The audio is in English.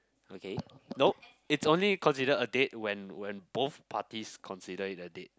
okay nope it's only considered a date when when both parties consider it a date